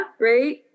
right